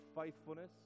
faithfulness